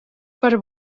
per